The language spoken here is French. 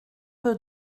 peu